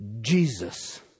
Jesus